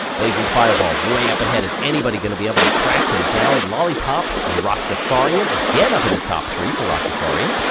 blazing fireball way up ahead. is anybody gonna be able to track him down? lollipop and rastafarian, again up in the top three for rastafarian.